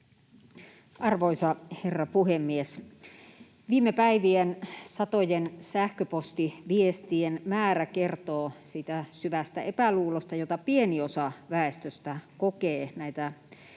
Arvoisa herra puhemies! Viime päivien satojen sähköpostiviestien määrä kertoo siitä syvästä epäluulosta, jota pieni osa väestöstä kokee näitä koronatoimia,